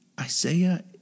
Isaiah